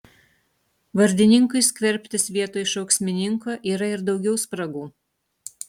vardininkui skverbtis vietoj šauksmininko yra ir daugiau spragų